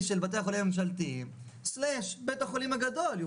שני בתי החולים נמצאים אצלי בהסדרי הבחירה,